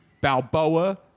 Balboa